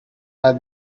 are